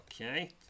Okay